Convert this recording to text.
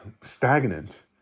stagnant